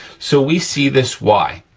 so, we see this y,